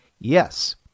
Yes